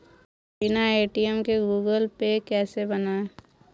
बिना ए.टी.एम के Google Pay कैसे बनायें?